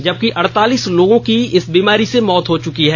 जबकि अड़तालीस लोगों की इस बीमारी से मौत हो चुकी हैं